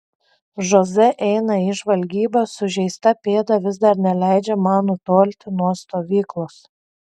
žoze eina į žvalgybą sužeista pėda vis dar neleidžia man nutolti nuo stovyklos